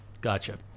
Gotcha